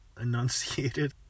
enunciated